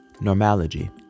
normality